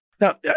Now